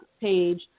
page